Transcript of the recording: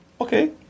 Okay